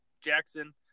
Jackson